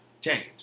Change